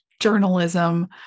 journalism